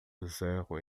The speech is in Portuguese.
bezerro